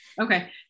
Okay